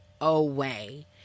away